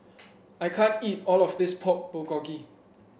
I can't eat all of this Pork Bulgogi